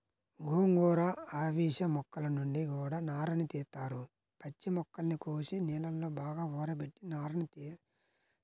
గోంగూర, అవిశ మొక్కల నుంచి గూడా నారని తీత్తారు, పచ్చి మొక్కల్ని కోసి నీళ్ళలో బాగా ఊరబెట్టి నారని తీత్తారు